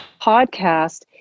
podcast